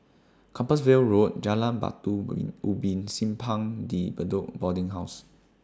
Compassvale Road Jalan Batu Ubin and Simpang De Bedok Boarding House